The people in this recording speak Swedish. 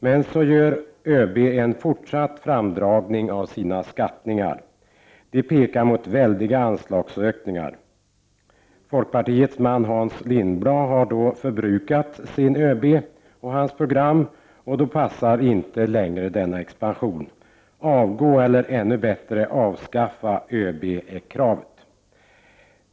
Men så gör ÖB en fortsatt framdragning av sina skattningar. De pekar mot väldiga anslagsökningar. Folkpartiets man Hans Lindblad har då förbrukat sin ÖB och hans program. Då passar inte denna expansion. Att ÖB skall avgå, eller ännu bättre, att vi skall avskaffa ÖB blir då kravet.